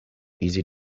easy